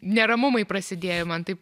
neramumai prasidėjo man taip